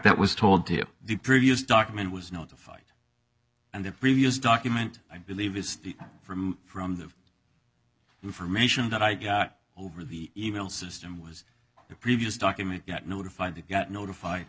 that was told to the previous document was notified and the previous document i believe is the from from the information that i got over the email system was the previous document yet notified they got notified